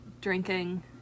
drinking